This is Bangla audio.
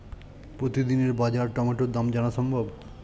প্রতিদিনের বাজার টমেটোর দাম জানা সম্ভব?